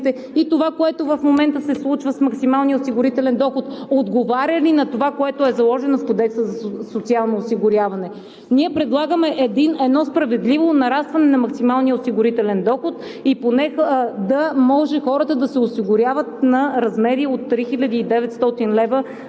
и това, което в момента се случва с максималния осигурителен доход, отговаря ли на това, което е заложено в Кодекса за социално осигуряване. Ние предлагаме едно справедливо нарастване на максималния осигурителен доход и поне да може хората да се осигуряват на размери от 3900 лв.